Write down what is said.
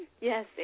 yes